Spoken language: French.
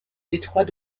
détroit